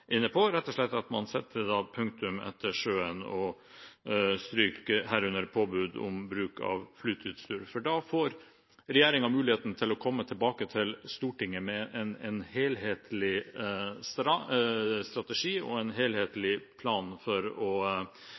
inne på – rett og slett at man setter punktum etter «sjøen» og stryker «herunder påbud om bruk av flyteutstyr». Da får regjeringen muligheten til å komme tilbake til Stortinget med en helhetlig strategi og en helhetlig plan for å